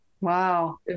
Wow